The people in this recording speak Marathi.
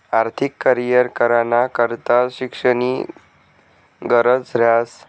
आर्थिक करीयर कराना करता शिक्षणनी गरज ह्रास